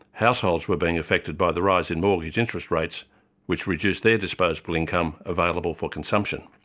households were being affected by the rise in mortgage interest rates which reduced their disposable income available for consumption.